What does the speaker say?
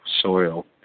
soil